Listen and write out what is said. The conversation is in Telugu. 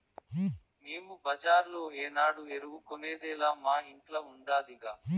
మేము బజార్లో ఏనాడు ఎరువు కొనేదేలా మా ఇంట్ల ఉండాదిగా